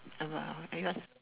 I will I will